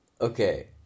okay